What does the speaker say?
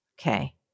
Okay